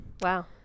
Wow